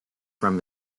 from